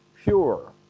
pure